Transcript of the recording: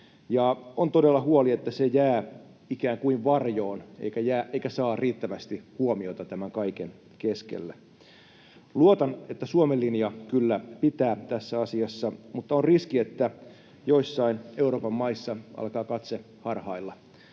On todella huoli, että se jää ikään kuin varjoon eikä saa riittävästi huomiota tämän kaiken keskellä. Luotan, että Suomen linja kyllä pitää tässä asiassa, mutta on riski, että joissain Euroopan maissa alkaa katse harhailla.